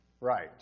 Right